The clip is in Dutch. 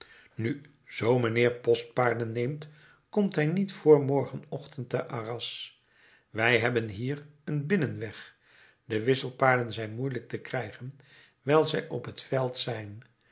nu zoo mijnheer postpaarden neemt komt hij niet voor morgenochtend te arras wij hebben hier een binnenweg de wisselpaarden zijn moeielijk te krijgen wijl zij op het veld zijn